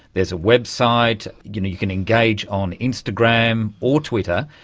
there's a website, you can engage on instagram or twitter.